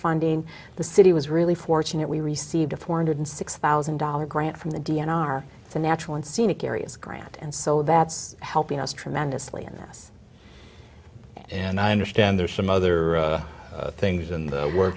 funding the city was really fortunate we received a four hundred six thousand dollars grant from the d n r the natural and scenic areas grant and so that's helping us tremendously in this and i understand there's some other things in the wor